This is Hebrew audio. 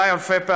ואולי אלפי,